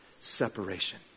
separation